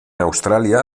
australia